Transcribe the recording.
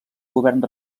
govern